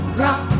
rock